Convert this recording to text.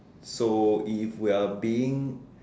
so if we are being